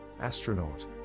Astronaut